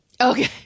Okay